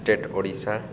state Odisha